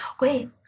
Wait